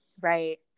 Right